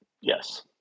yes